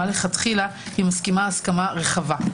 לכתחילה, היא מסכימה הסכמה רחבה.